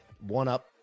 one-up